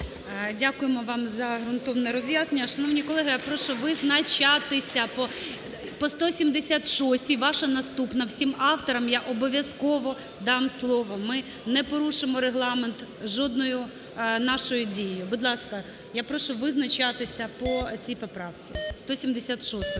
Дякуємо вам за ґрунтовне роз'яснення. Шановні колеги, я прошу визначатися по 176-й. Ваша наступна. Всім авторам я обов'язково дам слово, ми не порушимо Регламент жодною нашою дією. Будь ласка, я прошу визначатися по цій поправці, 176-й